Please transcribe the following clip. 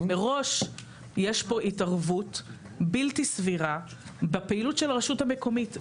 מראש יש פה התערבות בלתי סבירה בפעילות של רשות מקומית.